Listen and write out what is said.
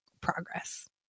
progress